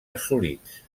assolits